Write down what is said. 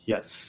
Yes